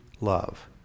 love